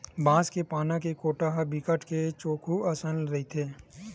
बांस के पाना के कोटा ह बिकट के चोक्खू अइसने रहिथे